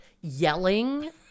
yelling